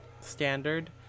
standard